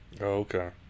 Okay